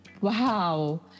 Wow